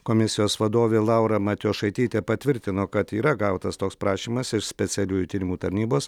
komisijos vadovė laura matjošaitytė patvirtino kad yra gautas toks prašymas iš specialiųjų tyrimų tarnybos